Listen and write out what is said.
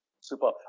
Super